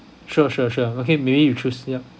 sure sure sure okay maybe you choose yup